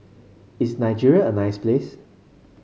is Nigeria a nice place